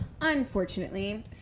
Unfortunately